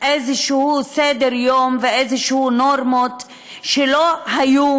איזשהו סדר-יום ואיזשהן נורמות שלא היו